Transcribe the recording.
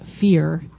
fear